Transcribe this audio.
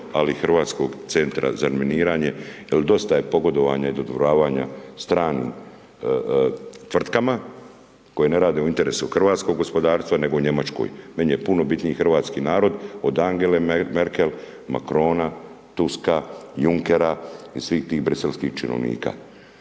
ali Hrvatskog centra za razminiranje, jer dosta je pogodovanja i dodvoravanja stranim tvrtkama koje ne rade u interesu hrvatskog gospodarstva nego u Njemačkoj. Meni je puno bitniji hrvatski narod, od Angele Merkel, Macrona, Tuska, Junckera i svih tih briselskih činovnika.